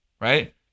right